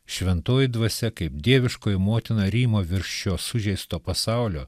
šventoji dvasia kaip dieviškoji motina rymo virš šio sužeisto pasaulio